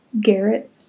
Garrett